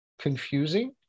confusing